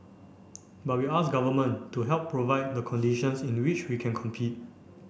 but we ask government to help provide the conditions in which we can compete